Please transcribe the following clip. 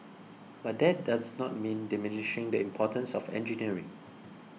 but that does not mean diminishing the importance of engineering